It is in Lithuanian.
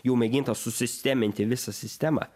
jau mėginta susisteminti visą sistemą